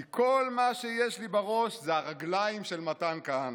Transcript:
כי כל מה שיש לי בראש זה הרגליים של מתן כהנא.